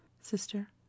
Sister